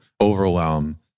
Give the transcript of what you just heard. overwhelm